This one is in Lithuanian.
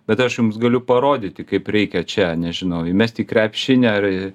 bet aš jums galiu parodyti kaip reikia čia nežinau įmesti į krepšinį ar